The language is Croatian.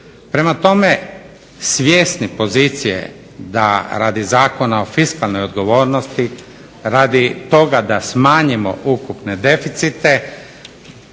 Prema tome, svjesni pozicije da radi Zakona o fiskalnoj odgovornosti radi toga da smanjimo ukupne deficite,